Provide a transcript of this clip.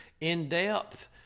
in-depth